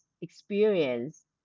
experience